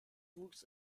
wuchs